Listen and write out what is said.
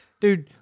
Dude